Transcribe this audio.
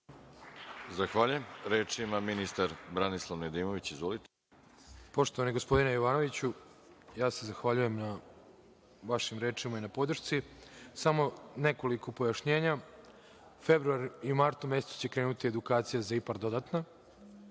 Zahvaljujem. Reč ima ministar. **Branislav Nedimović** Poštovani gospodine Jovanoviću, ja se zahvaljujem na vašim rečima i na podršci. Samo nekoliko pojašnjenja. U februaru i martu će krenuti edukacija za IPARD dodatna,